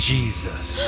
Jesus